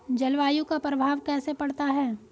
जलवायु का प्रभाव कैसे पड़ता है?